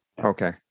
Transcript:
okay